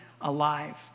Alive